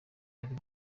ari